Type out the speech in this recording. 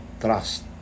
trust